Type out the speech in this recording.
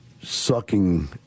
sucking